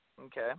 Okay